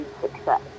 success